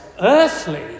earthly